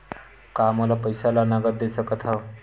का मोला पईसा ला नगद दे सकत हव?